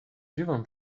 dziwą